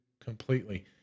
completely